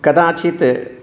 कदाचित्